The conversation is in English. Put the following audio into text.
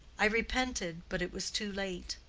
i repented but it was too late.